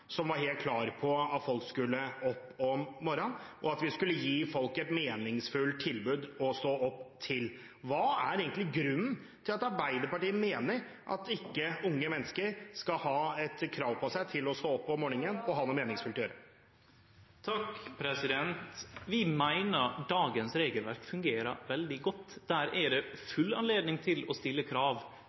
han var helt klar på at folk skulle opp om morgenen, og at man skulle gi folk et meningsfullt tilbud å stå opp til. Hva er egentlig grunnen til at Arbeiderpartiet mener at unge mennesker ikke skal ha et krav på seg til å stå opp om morgenen og ha noe meningsfylt å gjøre? Vi meiner at dagens regelverk fungerer veldig godt. Det er fullt mogleg å stille krav